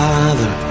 Father